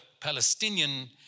Palestinian